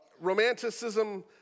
romanticism